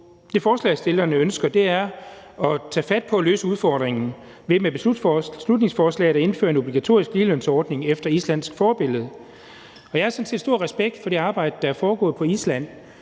Det, forslagsstillerne ønsker, er at tage fat på at løse udfordringen ved med beslutningsforslaget at indføre en obligatorisk ligelønsordning efter islandsk forbillede. Jeg har sådan set stor respekt for det arbejde, der er foregået på Island.